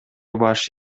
баш